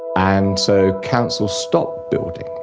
and so councils stopped building.